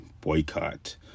boycott